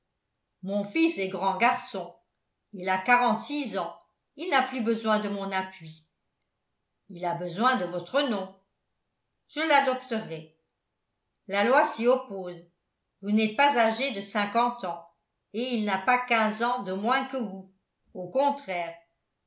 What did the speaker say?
mon fils est grand garçon il a quarante-six ans il n'a plus besoin de mon appui il a besoin de votre nom je l'adopterai la loi s'y oppose vous n'êtes pas âgé de cinquante ans et il n'a pas quinze ans de moins que vous au contraire